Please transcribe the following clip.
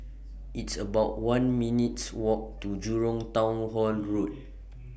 It's about one minutes' Walk to Jurong Town Hall Road